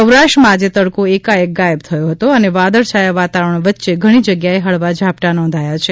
સૌરાષ્ર માં આજે તડકો એકાએક ગાયબ થયો હતો અને વાદળછાયા વાતાવરણ વચ્ચે ઘણી જગ્યાએ હળવા ઝાપટાં નોંધાયા છે